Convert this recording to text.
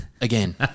Again